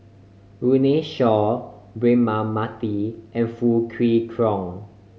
Runme Shaw Braema Mathi and Foo Kwee Horng